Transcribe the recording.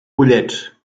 pollets